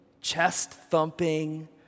chest-thumping